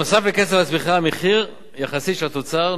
נוסף על קצב הצמיחה המהיר יחסית של התוצר,